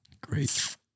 great